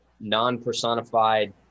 non-personified